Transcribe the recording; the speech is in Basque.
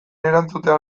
erantzuten